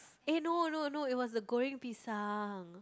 eh no no no it was the Goreng-Pisang